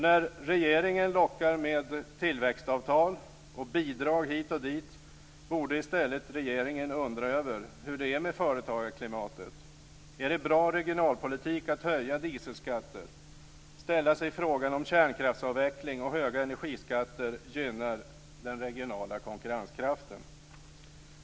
När regeringen lockar med tillväxtavtal och bidrag hit och dit, borde regeringen i stället undra över hur det är med företagarklimatet, om det är bra regionalpolitik att höja dieselskatter, ställa sig frågan om kärnkraftsavveckling och höga energiskatter gynnar den regionala konkurrenskraften.